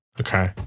okay